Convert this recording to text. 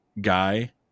guy